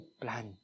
plan